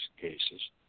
cases